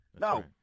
No